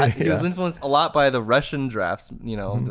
ah he was influenced a lot by the russian drafts you know,